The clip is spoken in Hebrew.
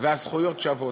והזכויות שוות.